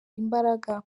imbaraga